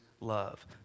love